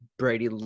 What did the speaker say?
Brady